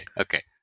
okay